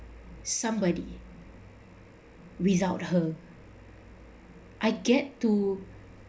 somebody without her I get to